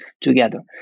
together